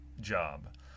job